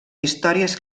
històries